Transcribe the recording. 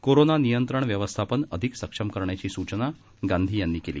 corona नियंत्रण व्यवस्थापन अधिक सक्षम करण्याची सूचना गांधी यांनी केली